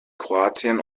kroatien